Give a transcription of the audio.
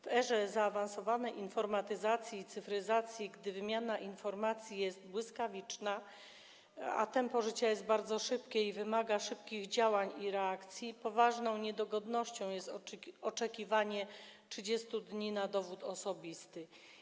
W erze zaawansowanej informatyzacji i cyfryzacji, gdy wymiana informacji jest błyskawiczna, a tempo życia jest bardzo szybkie i wymaga szybkich działań i reakcji, poważną niedogodnością jest oczekiwanie 30 dni na dowód osobisty.